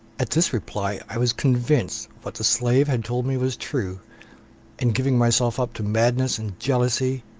at this reply i was convinced what the slave had told me was true and giving myself up to madness and jealousy,